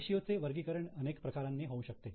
रेषीयो चे वर्गीकरण अनेक प्रकारांनी होऊ शकते